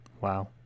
Wow